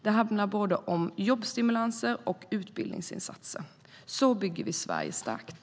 Det handlar om både jobbstimulanser och utbildningsinsatser. Så bygger vi Sverige starkt.